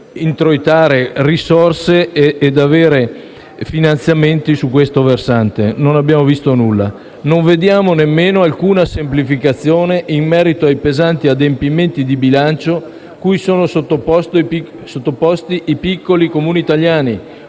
introitare risorse e avere finanziamenti su questo versante. Non abbiamo visto nulla di ciò. Non vediamo nemmeno una semplificazione in merito a pesanti adempimenti di bilancio cui sono sottoposti i piccoli Comuni italiani,